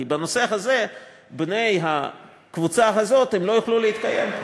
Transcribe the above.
כי כך בני הקבוצה הזאת לא יוכלו להתקיים.